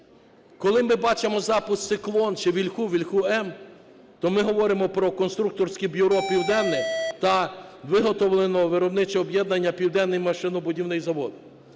Коли ми бачимо запуск "Циклон" чи "Вільху", "Вільху-М", то ми говоримо про Конструкторське бюро "Південне" та Виробниче об'єднання "Південний машинобудівний завод".